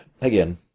again